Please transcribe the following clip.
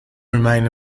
remain